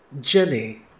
Jenny